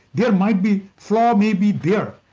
yeah might be flaw may be there.